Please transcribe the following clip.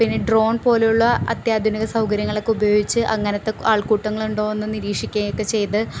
പിന്നെ ഡ്രോൺ പോലെയുള്ള അത്യാധുനിക സൗകര്യങ്ങളൊക്കെ ഉപയോഗിച്ച് അങ്ങനത്തെ ആൾക്കൂട്ടങ്ങളുണ്ടോയെന്നു നിരീക്ഷിക്കുകയൊക്കെ ചെയ്ത്